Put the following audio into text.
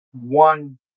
one